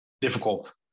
difficult